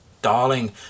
Darling